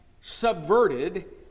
subverted